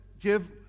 give